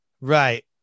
right